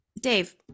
Dave